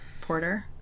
Porter